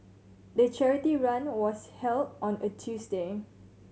the charity run was held on a Tuesday